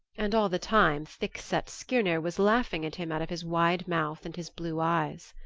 and all the time thick-set skirnir was laughing at him out of his wide mouth and his blue eyes.